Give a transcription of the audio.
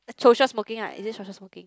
social smoking right is it social smoking